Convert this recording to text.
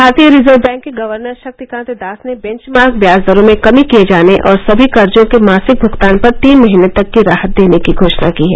भारतीय reserve bank के governor Shaktikanta Das ने बेंचमार्क ब्याज दरों में कमी किए जाने और सभी कर्जो के मासिक भुगतान पर तीन महीने तक की राहत देने की घोषणा की है